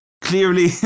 clearly